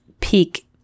peak